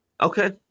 Okay